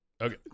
Okay